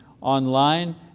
online